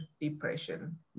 depression